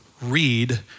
read